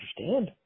understand